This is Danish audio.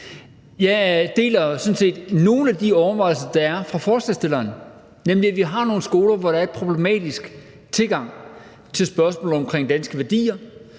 sådan set nogle af de overvejelser, der er fra forslagsstillernes side, nemlig at vi har nogle skoler, hvor der er en problematisk tilgang til spørgsmålet om danske værdier,